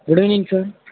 good evening sir